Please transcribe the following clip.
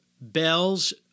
Bell's